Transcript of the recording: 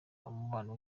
umubano